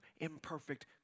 imperfect